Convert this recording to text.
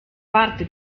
parti